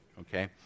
Okay